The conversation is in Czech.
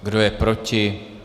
Kdo je proti?